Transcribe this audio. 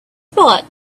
spot